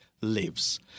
lives